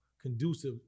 conducive